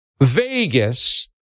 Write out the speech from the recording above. Vegas